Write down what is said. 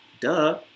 Duh